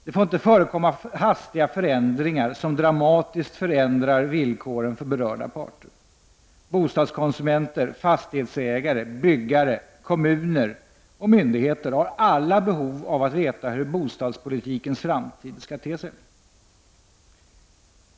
Det får inte förekomma hastiga förändringar som dramatiskt förändrar villkoren för berörda parter. Bostadskonsumenter, fastighetsägare, byggare, kommuner och myndigheter har alla behov av att veta hur bostadspolitikens framtid skall te sig.